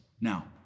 Now